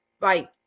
Right